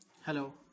Hello